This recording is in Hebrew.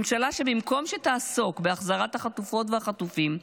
ממשלה שבמקום שתעסוק בהחזרת החטופות והחטופים,